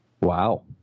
wow